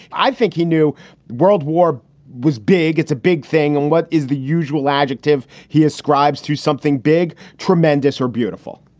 i think he knew world war was big. it's a big thing. and what is the usual adjective he ascribes through something big, tremendous or beautiful?